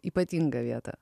ypatingą vietą